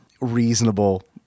reasonable